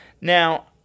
Now